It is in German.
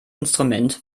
instrument